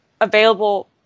available